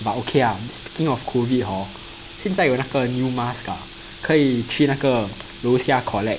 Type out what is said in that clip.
but okay ah speaking of COVID hor 现在有那个 new mask ah 可以去那个楼下 collect